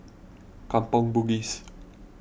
Kampong Bugis